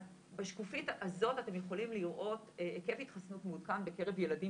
אז בשקופית הזאת אתם יכולים לראות היקף התחסנות מעודכן בקרב ילדים